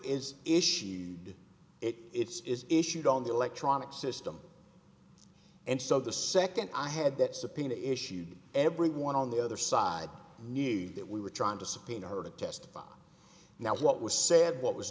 is if she did it it's issued on the electronic system and so the second i had that subpoena issued everyone on the other side nearly that we were trying to subpoena her to testify now what was said what was